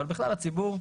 אבל בכלל לציבור,